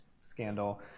scandal